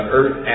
earth